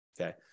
okay